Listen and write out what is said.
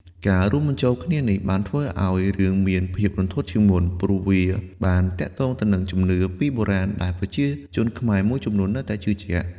ការរួមបញ្ចូលគ្នានេះបានធ្វើឲ្យរឿងមានភាពរន្ធត់ជាងមុន ព្រោះវាបានទាក់ទងទៅនឹងជំនឿពីបុរាណដែលប្រជាជនខ្មែរមួយចំនួននៅតែជឿជាក់។